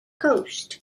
coast